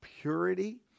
purity